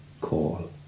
call